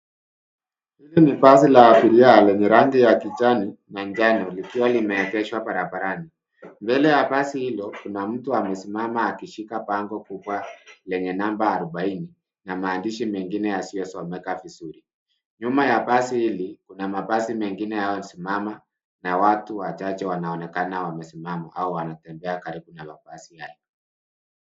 Hili ni basi la abiria lenye rangi ya kijani na njano likiwa limeegeshwa barabarani. Mbele ya basi hilo kuna mtu amesimama akishika bango kubwa lenye namba arubaini na maandishi mengine yasiyosomeka vizuri. Nyuma ya basi hili kuna mabasi mengine yanayosimama na watu wachache wanaonekana wamesimama au wanatembea karibu na mabasi hayo.